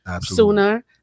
sooner